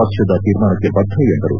ಪಕ್ಷದ ತೀರ್ಮಾನಕ್ಕೆ ಬದ್ದ ಎಂದರು